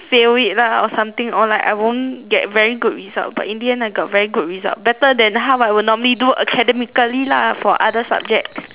fail it lah or something or like I won't get very good result but in the end I got very good result better than how I would normally do academically lah for other subjects